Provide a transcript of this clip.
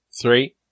Three